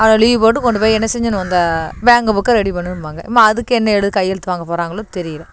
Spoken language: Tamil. அவனை லீவு போட்டு கொண்டுப் போய் என்ன செஞ்சிடணும் அந்த பேங்க்கு புக்கை ரெடி பண்ணும்பாங்க இனிமே அதுக்கு என்ன எழுது கையெழுத்து வாங்கப் போகிறாங்களோ தெரியல